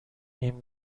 این